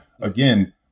Again